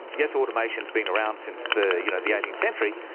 yes, automation has been around since the you know the eighteenth century,